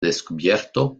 descubierto